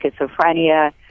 schizophrenia